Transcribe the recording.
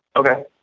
okay.